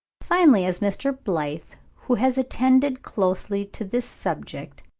finally, as mr. blyth, who has attended closely to this subject,